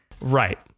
Right